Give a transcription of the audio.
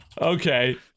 Okay